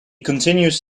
continues